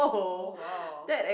oh !wow!